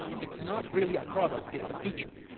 it's not really a product, it's a feature.